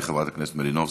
חברת הכנסת מלינובסקי,